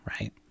right